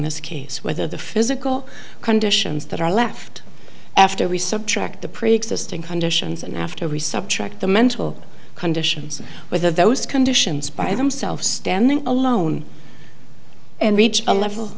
this case whether the physical conditions that are left after we subtract the preexisting conditions and after reception the mental conditions whether those conditions by themselves standing alone and reach a level